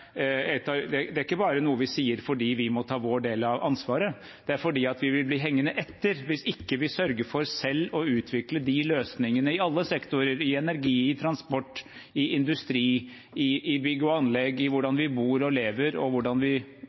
er ikke noe vi bare sier fordi vi må ta vår del av ansvaret, det er fordi vi vil bli hengende etter hvis vi ikke sørger for selv å utvikle de løsningene i alle sektorer, innen energi, innen transport, innen industri, innen bygg og anlegg, når det gjelder hvordan vi bor og lever, og hvordan vi produserer og spiser mat, som gjør at vi